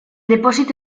depósito